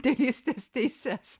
tėvystės teises